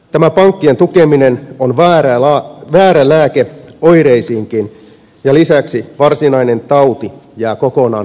tämä pankkien tukeminen on väärä lääke oireisiinkin ja lisäksi varsinainen tauti jää kokonaan hoitamatta